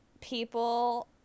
people